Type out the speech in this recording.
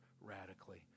radically